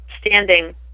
standing